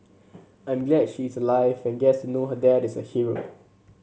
I'm glad she's alive and gets know her dad is a hero